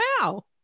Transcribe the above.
Wow